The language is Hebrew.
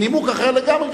מנימוק אחר לגמרי,